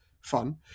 fun